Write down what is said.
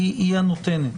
הנותנת.